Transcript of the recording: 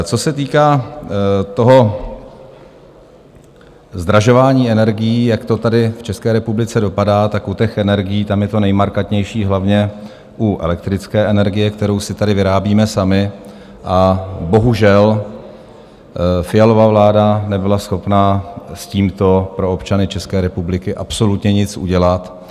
Co se týká zdražování energií, jak to tady v České republice dopadá, tak u těch energií, tam je to nejmarkantnější hlavně u elektrické energie, kterou si tady vyrábíme sami, a bohužel Fialova vláda nebyla schopná s tímto pro občany České republiky absolutně nic udělat.